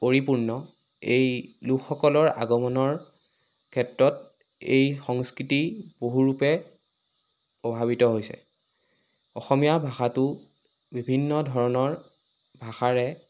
পৰিপূৰ্ণ এই লোকসকলৰ আগমণৰ ক্ষেত্ৰত এই সংস্কৃতি বহুৰূপে প্ৰভাৱিত হৈছে অসমীয়া ভাষাটো বিভিন্ন ধৰণৰ ভাষাৰে